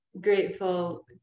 grateful